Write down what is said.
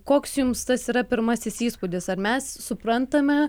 koks jums tas yra pirmasis įspūdis ar mes suprantame